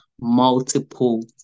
multiple